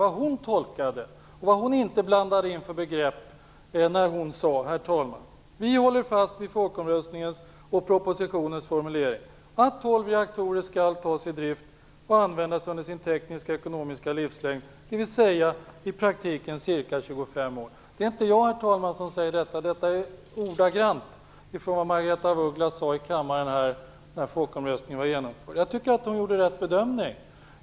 Vilka begrepp var det hon inte blandade in när hon sade: Vi håller fast vid folkomröstningens och propositionens formulering, att 12 reaktorer skall tas i drift och användas under sin tekniska och ekonomiska livslängd, dvs. i praktiken ca 25 år. Det är inte jag som säger detta, herr talman. Det är ordagrant det Margaretha af Ugglas sade i kammaren när folkomröstningen var genomförd. Jag tycker att hon gjorde rätt bedömning.